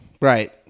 Right